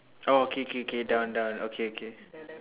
oh K K K down down okay okay